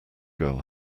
girl